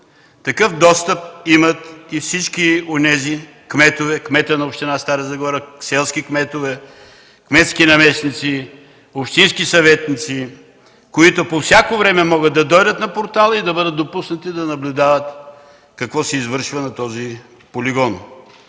Такъв достъп имат и всички онези кметове – кметът на община Стара Загора, селски кметове, кметски наместници, общински съветници, които по всяко време могат да дойдат на портала и да бъдат допуснати да наблюдават какво се извършва на този полигон.